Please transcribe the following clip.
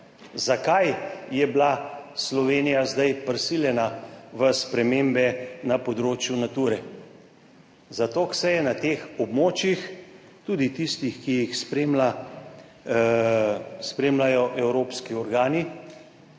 Zakaj je bila Slovenija zdaj prisiljena v spremembe na področju Nature? Zato, ker se je na teh območjih, tudi tistih, ki jih spremlja, spremljajo evropski organi,